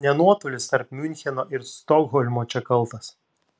ne nuotolis tarp miuncheno ir stokholmo čia kaltas